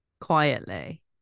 quietly